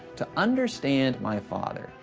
to understand my father,